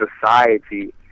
society